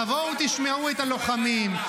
תבואו תשמעו את הלוחמים.